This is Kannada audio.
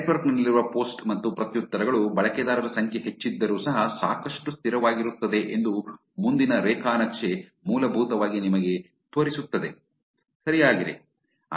ನೆಟ್ವರ್ಕ್ ನಲ್ಲಿರುವ ಪೋಸ್ಟ್ ಮತ್ತು ಪ್ರತ್ಯುತ್ತರಗಳು ಬಳಕೆದಾರರ ಸಂಖ್ಯೆ ಹೆಚ್ಚಿದ್ದರೂ ಸಹ ಸಾಕಷ್ಟು ಸ್ಥಿರವಾಗಿರುತ್ತದೆ ಎಂದು ಮುಂದಿನ ರೇಖಾ ನಕ್ಷೆ ಮೂಲಭೂತವಾಗಿ ನಿಮಗೆ ತೋರಿಸುತ್ತದೆ ಸರಿಯಾಗಿದೆ